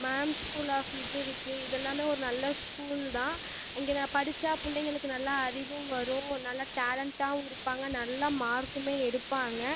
ma'am school off இது இருக்குது இது எல்லாமே ஒரு நல்ல ஸ்கூல் தான் இங்கேனா படிச்சால் பிள்ளைங்களுக்கு நல்லா அறிவும் வரும் நல்லா டேலண்டாவும் இருப்பாங்கள் நல்லா மார்க்குமே எடுப்பாங்கள்